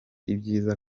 ibyiza